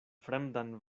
fremdan